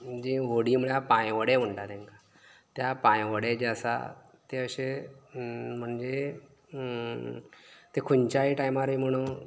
म्हणजे होडी म्हळ्यार पाय व्होडे म्हणटा तेंका त्या पायव्होडे जे आसा ते अशें म्हणजे ते खंयच्याय टायमार म्हणू